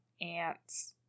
Ant's